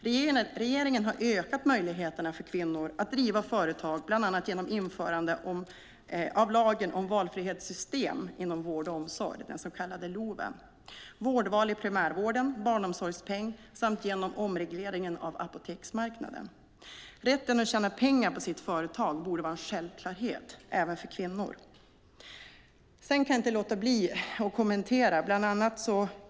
Regeringen har ökat möjligheterna för kvinnor att driva företag, bland annat genom införande av lagen om valfrihetssystem inom vård och omsorg, den så kallade LOV, vårdval i primärvården, barnomsorgspeng samt genom omregleringen av apoteksmarknaden. Rätten att tjäna pengar på sitt företag borde vara en självklarhet även för kvinnor. Sedan kan jag inte låta bli att kommentera några saker.